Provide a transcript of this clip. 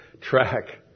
track